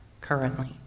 currently